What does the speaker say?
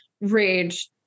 rage